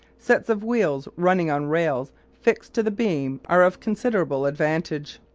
sets of wheels running on rails fixed to the beam are of considerable advantage.